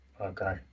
okay